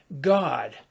God